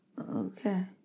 Okay